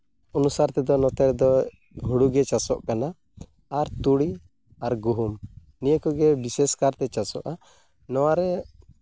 ᱚᱱᱩᱥᱟᱨ ᱛᱮᱫᱚ ᱱᱚᱛᱮ ᱫᱚ ᱦᱩᱲᱩᱜᱮ ᱪᱟᱥᱚᱜ ᱠᱟᱱᱟ ᱟᱨ ᱛᱩᱲᱤ ᱟᱨ ᱜᱩᱦᱩᱢ ᱱᱤᱭᱟᱹ ᱠᱚᱜᱮ ᱵᱤᱥᱮᱥ ᱠᱟᱨᱛᱮ ᱪᱟᱥᱚᱜᱼᱟ ᱱᱚᱣᱟᱨᱮ